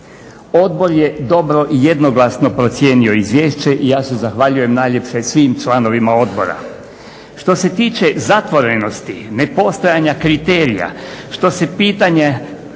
Odbor je dobro i jednoglasno procijenio izvješće i ja se zahvaljujem najljepše svim članovima odbora. Što se tiče zatvorenosti, ne postojanosti kriterija, što se pitanja